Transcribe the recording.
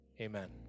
amen